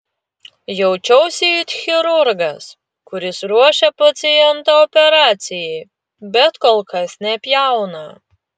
jaučiausi it chirurgas kuris ruošia pacientą operacijai bet kol kas nepjauna